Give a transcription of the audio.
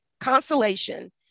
consolation